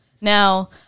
Now